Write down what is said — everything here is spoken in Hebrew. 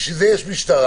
בשביל זה יש משטרה,